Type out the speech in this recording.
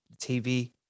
TV